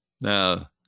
Now